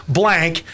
blank